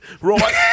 right